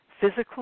physical